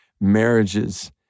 marriages